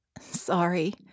Sorry